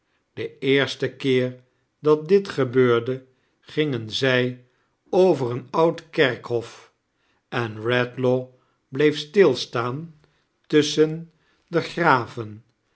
den eersten keer dat dit gebeurde gingen zij over een oud kerkhof en redlaw bleef stilstaan tiisschen de